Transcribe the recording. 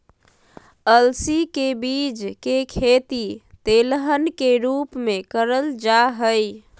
अलसी के बीज के खेती तेलहन के रूप मे करल जा हई